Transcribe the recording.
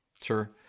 sure